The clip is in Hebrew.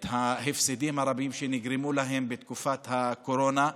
את ההפסדים הרבים שנגרמו להם בתקופת הקורונה,